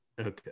okay